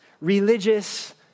religious